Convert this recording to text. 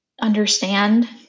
understand